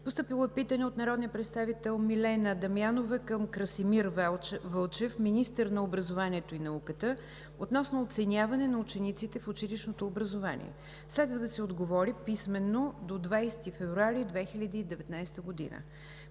2019 г.: - от народния представител Милена Дамянова към Красимир Вълчев – министър на образованието и науката, относно оценяване на учениците в училищното образование. Следва да се отговори писмено до 20 февруари 2019 г.;